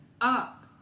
up